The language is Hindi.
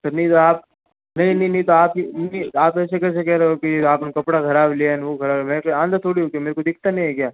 तमीज़ आप नहीं नहीं नहीं तो आप ये नहीं आप ऐसे कैसे कह रहे हो आप ने कपड़ा खराब ले आए मैं क्या अँधा थोड़ी हूँ की मेरे को दिखता नहीं है क्या